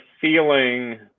feeling